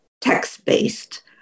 text-based